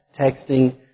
texting